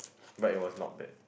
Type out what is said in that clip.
but it was not bad